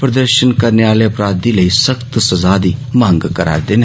प्रदर्षन करने आले अपराधी लेई सख्त सजा दी मंग करा'रदे न